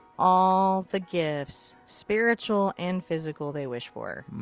all the gifts, spiritual and physical, they wish for.